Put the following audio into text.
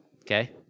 okay